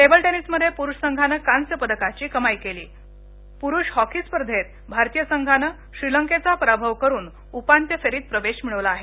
table टेनिसमध्ये पुरुष संघान कांस्य पदकाची कमाई केली पुरुष हॉकी स्पर्धेत भारतीय संघान श्रीलंकेचा पराभव करून उपांत्य फेरीत प्रवेश मिळवला आहे